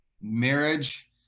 marriage –